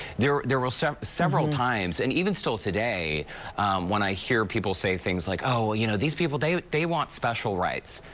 there there were several several times and even still today when i hear people say things like oh, well, you know these people, they they want special rights,